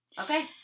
Okay